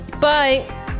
Bye